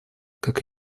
как